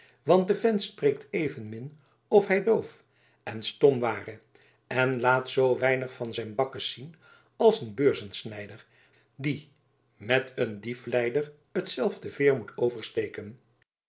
want de vent spreekt evenmin of hij doof en stom ware en laat zoo weinig van zijn bakkes zien als een beurzensnijder die met een diefleider hetzelfde veer moet oversteken